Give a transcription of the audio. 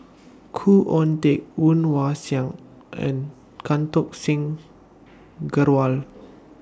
Khoo Oon Teik Woon Wah Siang and Can Talk Singh Grewal